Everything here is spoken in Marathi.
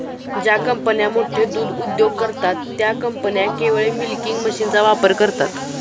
ज्या कंपन्या मोठे दूध उद्योग करतात, त्या कंपन्या केवळ मिल्किंग मशीनचा वापर करतात